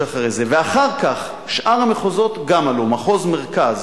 ואחר כך, שאר המחוזות גם עלו: מחוז מרכז